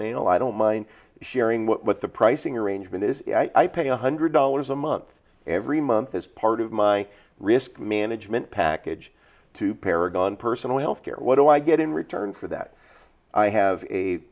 male i don't mind sharing what the pricing arrangement is i pay one hundred dollars a month every month as part of my risk management package to paragon personal health care what do i get in return for that i have a